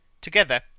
Together